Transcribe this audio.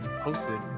posted